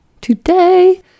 today